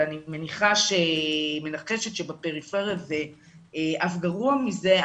ואני מנחשת שבפריפריה אף גרוע מזה,